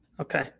Okay